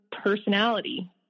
personality